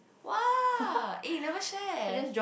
!wah! eh never share